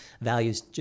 values